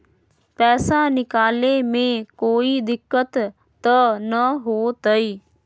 पैसा निकाले में कोई दिक्कत त न होतई?